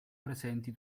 presenti